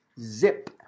Zip